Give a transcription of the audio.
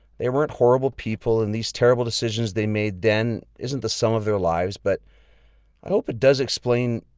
they weren't horrible people and these terrible decisions they made then isn't the sum of their lives. but i hope it does explain,